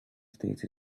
state